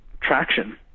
traction